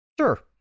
Sure